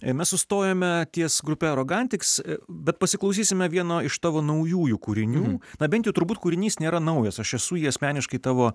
mes sustojome ties grupe arogantiks bet pasiklausysime vieno iš tavo naujųjų kūrinių na bent jau turbūt kūrinys nėra naujas aš esu jį asmeniškai tavo